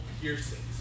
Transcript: piercings